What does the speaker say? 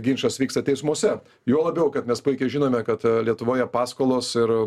ginčas vyksta teismuose juo labiau kad mes puikiai žinome kad lietuvoje paskolos ir